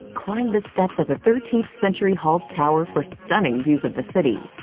climb the steps of the thirteenth century hall's tower for stunning views of the city.